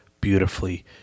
beautifully